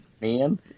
man